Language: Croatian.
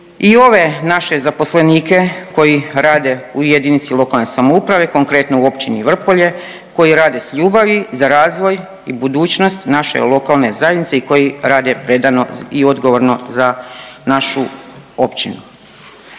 i ove naše zaposlenike koji rade u jedinici lokalne samouprave, konkretno u Općini Vrpolje, koji rade s ljubavi za razvoj i budućnost naše lokalne zajednice i koji rade predano i odgovorno za našu općinu.